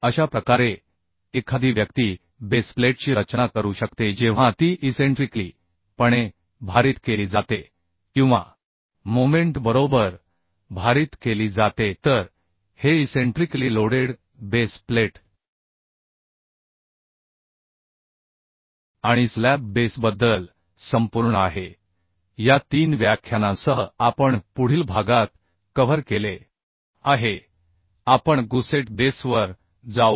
अशा प्रकारे एखादी व्यक्ती बेस प्लेटची रचना करू शकते जेव्हा ती इसेंट्रिकली पणे भारित केली जाते किंवा मोमेंट बरोबर भारित केली जाते तर हे इसेंट्रिकली लोडेड बेस प्लेट आणि स्लॅब बेसबद्दल संपूर्ण आहे या 3 व्याख्यानांसह आपण पुढील भागात कव्हर केले आहे आपण गुसेट बेसवर जाऊ